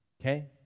okay